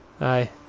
Aye